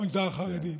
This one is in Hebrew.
למגזר החרדי,